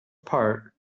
part